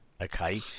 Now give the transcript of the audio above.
Okay